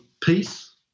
peace